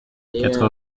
quatre